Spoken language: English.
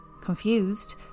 Confused